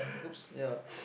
oops ya